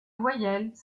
voyelles